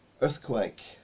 Earthquake